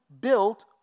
built